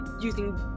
using